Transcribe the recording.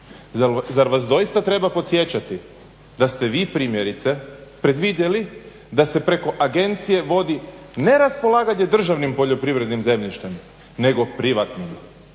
Zar vas doista treba podsjećati da ste vi primjerice predvidjeli da se preko agencije vodi ne raspolaganje državnim poljoprivrednim zemljištem nego privatnim.